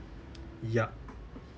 ya